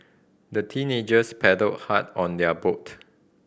the teenagers paddled hard on their boat